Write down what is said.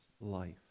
life